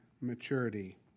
maturity